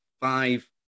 five